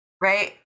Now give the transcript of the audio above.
right